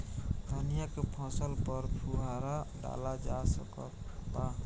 धनिया के फसल पर फुहारा डाला जा सकत बा?